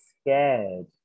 scared